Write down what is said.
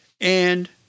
and-